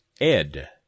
Ed